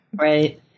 Right